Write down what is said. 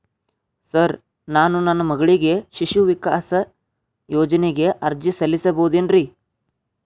Sir ನಾನು ನನ್ನ ಮಗಳಿಗೆ ಶಿಶು ವಿಕಾಸ್ ಯೋಜನೆಗೆ ಅರ್ಜಿ ಸಲ್ಲಿಸಬಹುದೇನ್ರಿ?